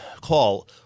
call